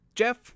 Jeff